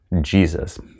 Jesus